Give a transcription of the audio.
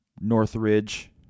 Northridge